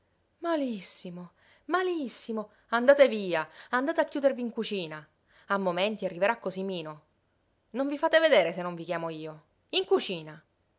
malissimo malissimo andate via andate a chiudervi in cucina a momenti arriverà cosimino non vi fate vedere se non vi chiamo io in cucina